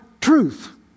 truth